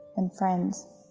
and friends